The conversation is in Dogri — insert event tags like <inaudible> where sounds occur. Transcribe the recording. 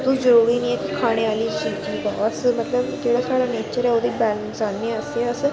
तुस जो बी खाने आह्ली <unintelligible> अस मतलब जेह्ड़ा साढ़ा नेचर ऐ ओह्दे बैलंस आह्नने आस्तै अस